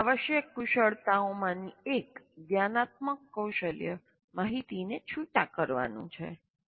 તમને આવશ્યક કુશળતામાંની એક જ્ઞાનાત્મક કૌશલ્ય માહિતીને છૂટા કરવાનું છે